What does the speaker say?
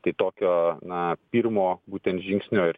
tai tokio na pirmo būtent žingsnio ir